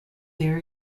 their